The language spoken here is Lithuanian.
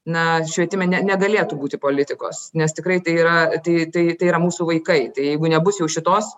na švietime ne negalėtų būti politikos nes tikrai tai yra tai tai tai yra mūsų vaikai tai jeigu nebus jau šitos